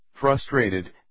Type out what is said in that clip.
frustrated